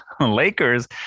Lakers